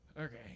okay